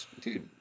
dude